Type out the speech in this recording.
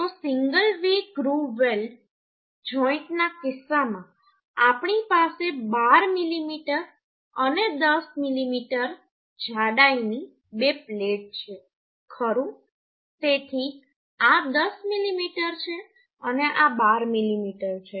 તો single V groove weld જોઈન્ટના કિસ્સામાં આપણી પાસે 12 મીમી અને 10 મીમી જાડાઈની બે પ્લેટ છે ખરું તેથી આ 10 મીમી છે અને આ 12 મીમી છે